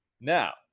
Now